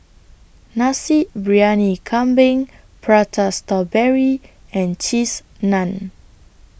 Nasi Briyani Kambing Prata Strawberry and Cheese Naan